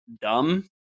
dumb